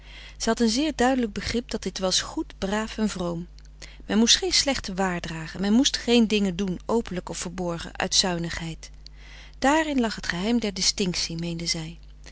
had een zeer duidelijk begrip dat dit was goed braaf en vroom men moest geen slechte waar dragen men moest geen dingen doen openlijk of verborgen uit zuinigheid daarin lag het geheim der distinctie meende zij